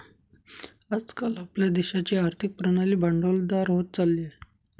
आज काल आपल्या देशाची आर्थिक प्रणाली भांडवलदार होत चालली आहे